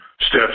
steps